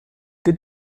good